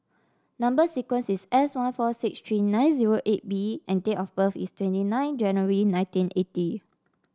number sequence is S one four six three nine zero eight B and date of birth is twenty nine January nineteen eighty